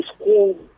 school